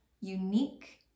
unique